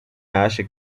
acha